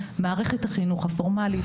מערכת החינוך הפורמלית,